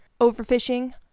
overfishing